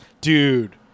Dude